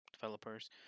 developers